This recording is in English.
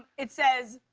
it says,